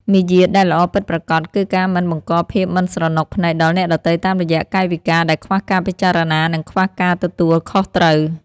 មារយាទដែលល្អពិតប្រាកដគឺការមិនបង្កភាពមិនស្រណុកភ្នែកដល់អ្នកដទៃតាមរយៈកាយវិការដែលខ្វះការពិចារណានិងខ្វះការទទួលខុសត្រូវ។